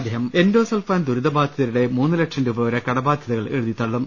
്്്്് endosulfan ദുരിതബാധിതരുടെ മൂന്നു ലക്ഷം രൂപ വരെ കട ബാധൃതകൾ എഴുതിത്തള്ളും